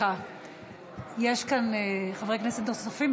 כאן חברי כנסת נוספים.